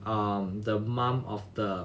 um the mom of the